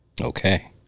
Okay